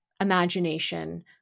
imagination